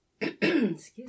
excuse